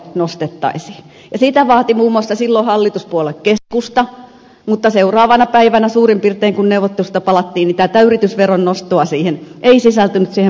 ja sitä vaati muun muassa silloin hallituspuolue keskusta mutta suurin piirtein seuraavana päivänä kun neuvotteluista palattiin tätä yritysveron nostoa ei sisältynyt siihen pakettiin